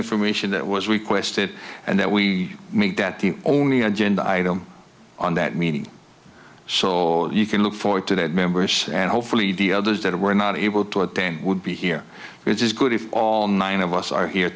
information that was requested and that we make that the only agenda item on that meeting so you can look forward to that members and hopefully the others that were not able to attend would be here which is good if all nine of us are here